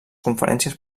conferències